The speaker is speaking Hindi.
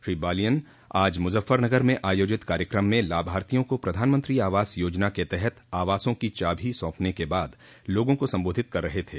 श्री बालियान आज मुजफ्फरनगर में आयोजित कार्यक्रम में लाभार्थियों को प्रधानमंत्री आवास योजना के तहत आवासों की चाभो सौंपने के बाद लोगों को संबोधित कर रहे थे